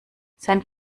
sein